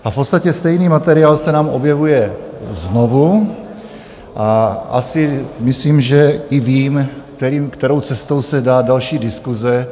V podstatě stejný materiál se nám objevuje znovu a asi myslím, že i vím, kterou cestou se dá další diskuse.